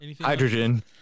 hydrogen